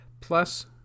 plus